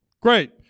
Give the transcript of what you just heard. Great